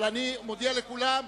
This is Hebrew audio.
אבל אני מודיע לכולם: